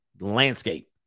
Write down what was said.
landscape